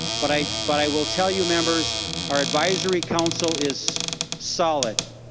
but i but i will tell you members or advisory council is solid.